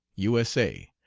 u s a,